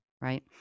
right